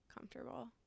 comfortable